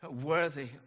worthy